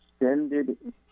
extended